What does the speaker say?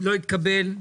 לא התקבל.